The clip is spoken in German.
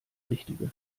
richtige